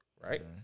right